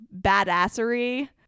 badassery